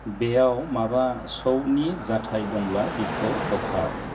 बेयाव माबा शौ नि जाथाय दंब्ला बिखौ बोखार